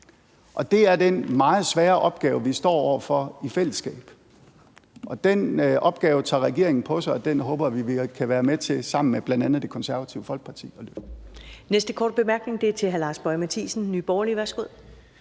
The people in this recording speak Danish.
Det er den meget svære opgave, vi står over for i fællesskab, og den opgave tager regeringen på sig, og det håber vi at vi gør sammen med bl.a. Det Konservative Folkeparti. Kl.